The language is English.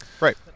Right